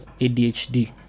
ADHD